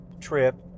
trip